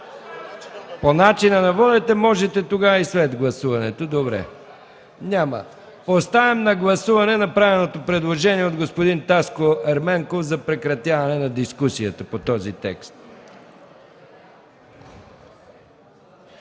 По начина на водене - можете тогава и след гласуването, добре. Поставям на гласуване направеното предложение от господин Таско Ерменков за прекратяване на дискусията по този текст.